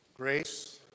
Grace